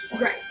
Right